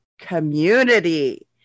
community